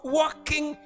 working